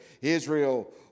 Israel